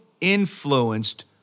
influenced